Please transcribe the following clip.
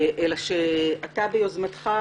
אלא שאתה ביוזמתך,